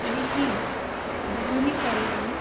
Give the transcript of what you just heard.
तैः बहूनि कार्याणि